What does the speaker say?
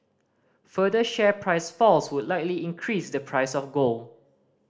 further share price falls would likely increase the price of gold